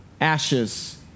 ashes